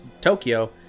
Tokyo